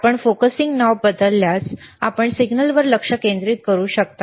आपण focusing knob बदलल्यास आपण सिग्नलवर लक्ष केंद्रित करू शकता